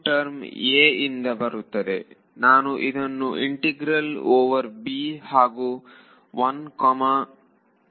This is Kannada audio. ಟರ್ಮ್ A ಇಂದ ಬರುತ್ತದೆ ನಾನು ಇದನ್ನು ಇಂಟಿಗ್ರಲ್ ಓವರ್ b ಹಾಗೂ 1 ಕಾಮ 0 ಮುಂದೆ